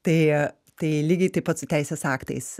tai tai lygiai taip pat su teisės aktais